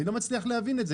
אני לא מצליח להבין זה,